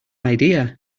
idea